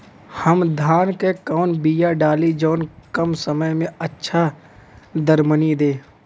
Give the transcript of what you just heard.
हम धान क कवन बिया डाली जवन कम समय में अच्छा दरमनी दे?